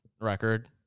record